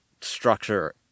structure